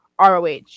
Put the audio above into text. ROH